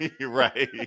right